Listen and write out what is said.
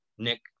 Nick